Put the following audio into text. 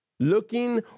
Looking